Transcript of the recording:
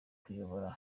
kuyobora